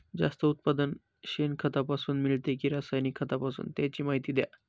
जास्त उत्पादन शेणखतापासून मिळते कि रासायनिक खतापासून? त्याची माहिती द्या